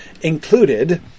included